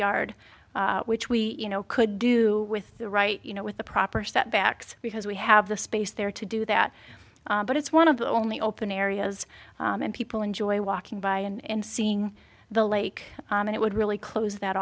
yard which we you know could do with the right you know with the proper set backs because we have the space there to do that but it's one of the only open areas and people enjoy walking by and seeing the lake and it would really close that